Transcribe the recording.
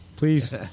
Please